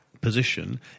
position